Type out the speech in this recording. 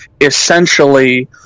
essentially –